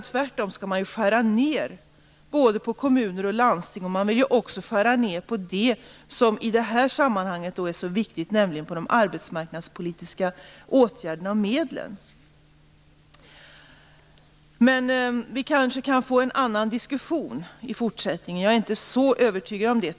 Tvärtom skall man skära ned på både kommuner och landsting, och man vill också skära ned på det som i det här sammanhanget är så viktigt, nämligen de arbetsmarknadspolitiska åtgärderna och medlen. Men vi kanske kan få en annan diskussion i fortsättningen. Jag är tyvärr inte så övertygad om det.